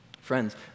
Friends